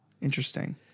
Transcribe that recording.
Interesting